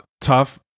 tough